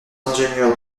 ingénieur